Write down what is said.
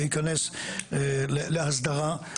שייכנס להסדרה.